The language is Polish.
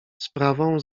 sprawą